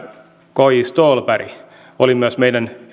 k j ståhlberg oli myös meidän